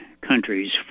countries